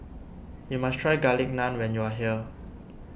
you must try Garlic Naan when you are here